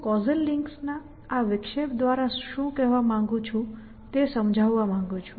હું કૉઝલ લિંક્સના આ વિક્ષેપ દ્વારા શું કહેવા માંગું છું તે સમજાવવા માંગું છું